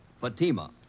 Fatima